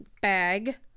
bag